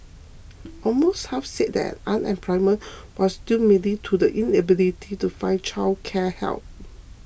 almost half said their unemployment was due mainly to the inability to find childcare help